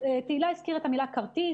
תהילה אלטשולר הזכירה את המילה כרטיס,